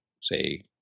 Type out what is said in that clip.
say